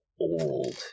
old